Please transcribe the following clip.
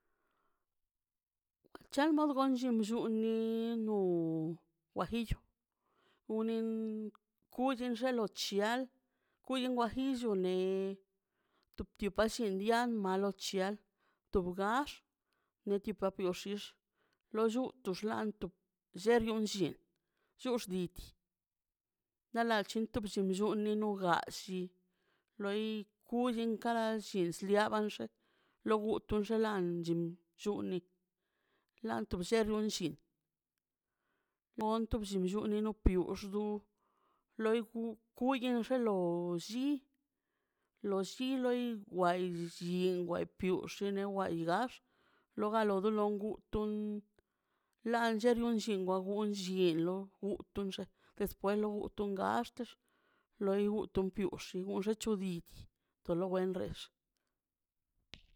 Chal no gon llin mon lluom nu guajillo unin kuxinchi lochial kwin guajillo ne tup to ba llen lian mano chial to gax netiopa xix lo llutux tlantu llerior llin llurditi nala chun lliti llunsho unigachi loi kullin karai isliaban xe lo gutun xenlan chim llu la tur bero nlli nonto blli llino biux du loi gu ku byen xolo lolli lolli loi wai llin wai fiuxe ne wa aigax loga do logandu la nllerio llingaw un llielo utun xeꞌ sepuelo untuga gaxtzə loi butin bu xigonchi ti bid to lo wendex